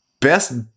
Best